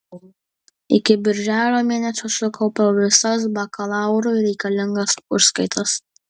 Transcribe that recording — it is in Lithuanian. iki birželio mėnesio sukaupiau visas bakalaurui reikalingas užskaitas